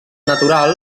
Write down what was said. natural